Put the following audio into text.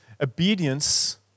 obedience